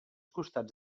costats